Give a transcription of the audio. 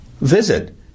Visit